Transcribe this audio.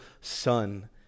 son